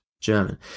German